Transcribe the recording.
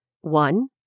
One